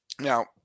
Now